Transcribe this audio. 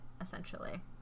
essentially